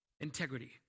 Integrity